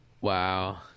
wow